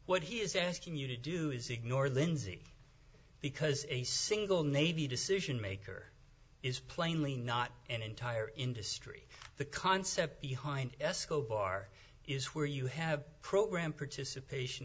what he is asking you to do is ignore lindsey because a single navy decision maker is plainly not an entire industry the concept behind escobar is where you have programmed participation